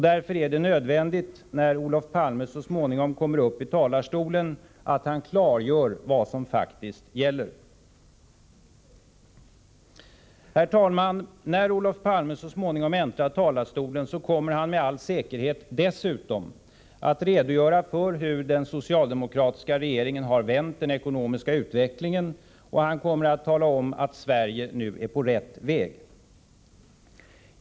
Därför är det nödvändigt att Olof Palme, när han så småningom kommer upp talarstolen, klargör vad som faktiskt gäller. Herr talman! När Olof Palme äntrar talarstolen kommer han med all säkerhet dessutom att redogöra för hur den socialdemokratiska regeringen har vänt den ekonomiska utvecklingen, och han kommer att tala om, att Sverige nu är på rätt väg.